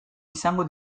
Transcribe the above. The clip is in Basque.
izango